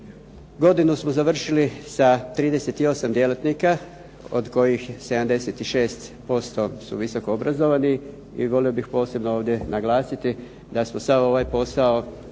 Godinu smo završili sa 38 djelatnika od kojih 76% su visoko obrazovani i volio bih posebno ovdje naglasiti da su sav ovaj posao